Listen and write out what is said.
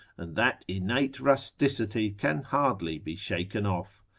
and that innate rusticity can hardly be shaken off.